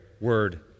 word